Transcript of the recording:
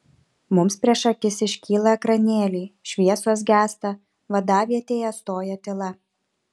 mums prieš akis iškyla ekranėliai šviesos gęsta vadavietėje stoja tyla